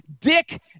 dick